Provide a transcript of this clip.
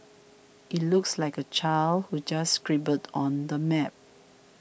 it looks like a child who just scribbled on the map